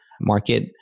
market